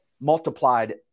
multiplied